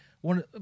one